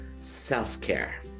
self-care